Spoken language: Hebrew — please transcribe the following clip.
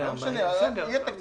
יהיה תקציב.